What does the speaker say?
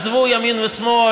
עזבו ימין ושמאל,